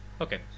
Okay